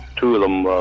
two of them were